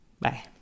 Bye